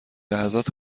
لحظات